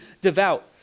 devout